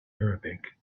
arabic